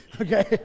okay